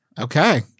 Okay